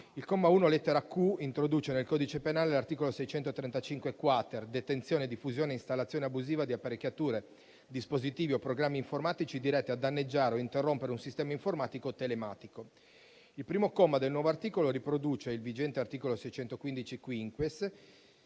Il comma 1, lettera *q)*, introduce nel codice penale l'articolo 635-*quater*.1 (detenzione, diffusione e installazione abusiva di apparecchiature, dispositivi o programmi informatici diretti a danneggiare o interrompere un sistema informatico o telematico). Il primo comma del nuovo articolo riproduce il vigente articolo 615-*quinquies*